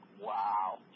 wow